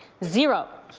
zero.